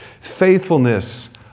Faithfulness